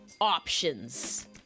options